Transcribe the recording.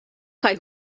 kaj